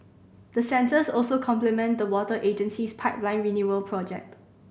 the sensors also complement the water agency's pipeline renewal project